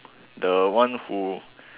the one who